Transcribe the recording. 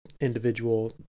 individual